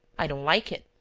i don't like it.